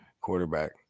quarterback